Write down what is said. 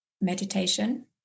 meditation